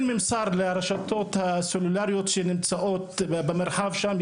ממסר לרשתות הסלולריות שנמצאות במרחב שם.